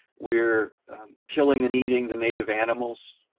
we're killing and eating the native animals,